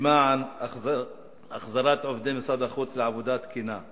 למען החזרת עובדי משרד החוץ לעבודה תקינה.